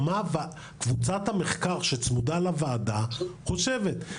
או מה קבוצת המחקר שצמודה לוועדה חושבת.